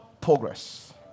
progress